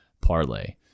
parlay